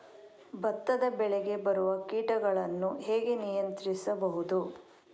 ಭತ್ತದ ಬೆಳೆಗೆ ಬರುವ ಕೀಟಗಳನ್ನು ಹೇಗೆ ನಿಯಂತ್ರಿಸಬಹುದು?